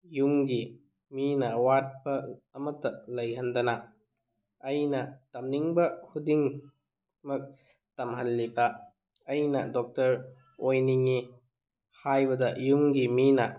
ꯌꯨꯝꯒꯤ ꯃꯤꯅ ꯑꯋꯥꯠꯄ ꯑꯃꯠꯇ ꯂꯩꯍꯟꯗꯅ ꯑꯩꯅ ꯇꯝꯅꯤꯡꯕ ꯈꯨꯗꯤꯡꯃꯛ ꯇꯝꯍꯜꯂꯤꯕ ꯑꯩꯅ ꯗꯣꯛꯇꯔ ꯑꯣꯏꯅꯤꯡꯉꯤ ꯍꯥꯏꯕꯗ ꯌꯨꯝꯒꯤ ꯃꯤꯅ